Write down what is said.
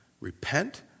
Repent